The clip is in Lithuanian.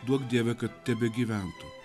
duok dieve kad tebegyventų